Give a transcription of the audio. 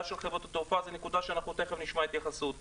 של חברות התעופה תכף נשמע התייחסות אליה.